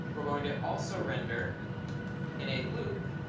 we're going to also render in a loop,